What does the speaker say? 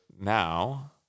now